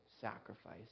sacrifice